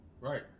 Right